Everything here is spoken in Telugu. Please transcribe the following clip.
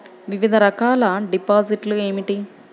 వివిధ రకాల డిపాజిట్లు ఏమిటీ?